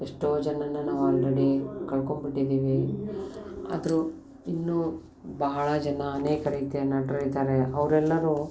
ಎಷ್ಟೋ ಜನಾನ ನಾವು ಆಲ್ರೆಡಿ ಕಳ್ಕೊಂಬಿಟ್ಟಿದೀವಿ ಆದರೂ ಇನ್ನೂ ಬಹಳ ಜನ ಅನೇಕ ರೀತಿಯ ನಟರಿದಾರೆ ಅವರೆಲ್ಲರೂ